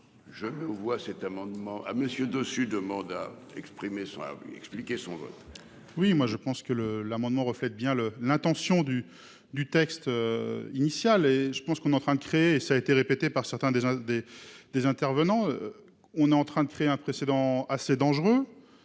le vois cet amendement à monsieur dessus demande à exprimé son humble expliquer son vote. Oui, moi je pense que le l'amendement reflète bien le l'intention du du texte. Initial et je pense qu'on est en train de créer, ça a été répété par certains des des des intervenants. On est en train de créer un précédent assez dangereux.